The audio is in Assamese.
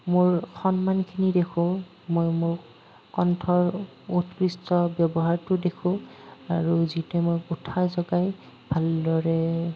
মোৰ সন্মানখিনি দেখোঁ মই মোৰ কণ্ঠৰ উৎকৃষ্ট ব্যৱহাৰটো দেখোঁ আৰু যিটোৱে মোক উৎসাহ যোগায় ভালদৰে